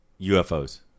UFOs